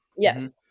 Yes